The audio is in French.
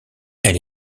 elle